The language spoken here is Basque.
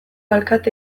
alkate